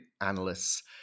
analysts